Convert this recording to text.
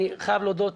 אני חייב להודות,